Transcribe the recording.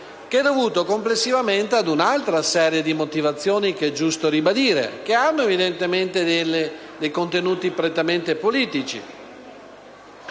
euro, dovuto complessivamente ad un'altra serie di motivazioni - che è giusto ribadire - che hanno evidentemente dei contenuti prettamente politici.